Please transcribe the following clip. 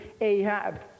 Ahab